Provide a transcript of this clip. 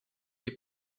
les